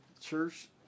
Church